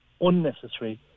unnecessary